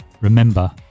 Remember